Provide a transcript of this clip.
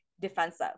defensive